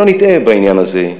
שלא נטעה בעניין הזה,